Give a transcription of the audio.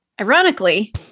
Ironically